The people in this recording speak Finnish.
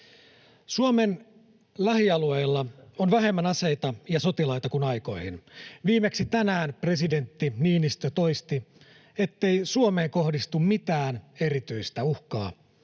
Suomen lähialueilla on vähemmän aseita ja sotilaita kuin aikoihin. Viimeksi tänään presidentti Niinistö toisti, ettei Suomeen kohdistu mitään erityistä uhkaa.